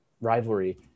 rivalry